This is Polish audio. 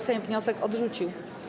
Sejm wniosek odrzucił.